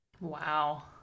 Wow